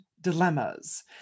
dilemmas